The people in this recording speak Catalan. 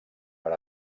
per